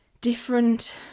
different